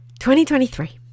2023